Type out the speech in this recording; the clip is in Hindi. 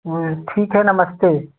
ठीक है नमस्ते